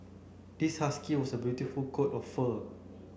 this husky was a beautiful coat of fur